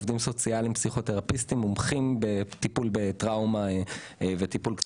עובדים סוציאליים פסיכותרפיסטים מומחים בטיפול בטראומה וטיפול קצר מועד.